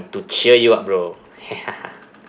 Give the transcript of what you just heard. to cheer you up bro